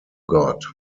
god